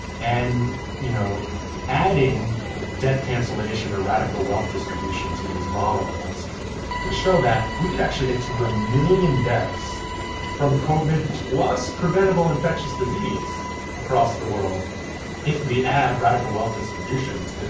and you know adding debt cancellation or radical wealth distribution to these models to show that we could actually get to a million deaths from covid plus preventable infectious disease across the world if we add radical wealth distribution to